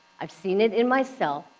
i've seen it in myself,